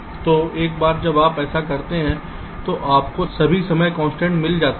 तो एक बार जब आप ऐसा करते हैं तो आपके सभी समय कन्सट्रैन्ट मिल जाते हैं